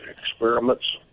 experiments